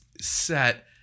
set